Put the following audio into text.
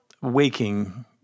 waking